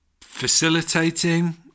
facilitating